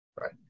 Right